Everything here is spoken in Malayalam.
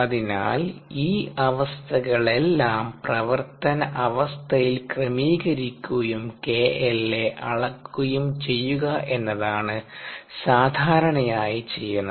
അതിനാൽ ഈ അവസ്ഥകളെല്ലാം പ്രവർത്തന അവസ്ഥയിൽ ക്രമീകരിക്കുകയും kLa അളക്കുകയും ചെയ്യുക എന്നതാണ് സാധാരണയായി ചെയ്യുന്നത്